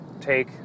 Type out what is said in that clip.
take